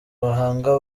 bahanga